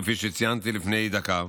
כפי שציינתי לפני דקה,